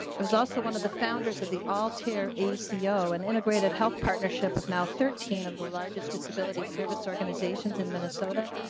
there's also one of the founders of the all too you're a ceo and integrated health partnership of now thirteen of the largest disability service organizations in minnesota.